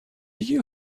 you